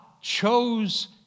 chose